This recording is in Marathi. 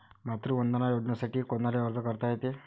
मातृवंदना योजनेसाठी कोनाले अर्ज करता येते?